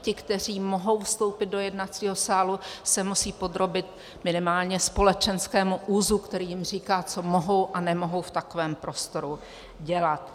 Ti, kteří mohou vstoupit do jednacího sálu, se musí podrobit minimálně společenskému úzu, který jim říká, co mohou a nemohou v takovém prostoru dělat.